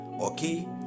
Okay